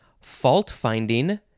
fault-finding